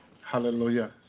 Hallelujah